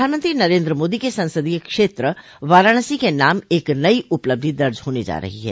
प्रधानमंत्री नरेन्द्र मोदी के संसदीय क्षेत्र वाराणसी के नाम एक नई उपलब्धि दर्ज होने जा रही है